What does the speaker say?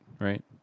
right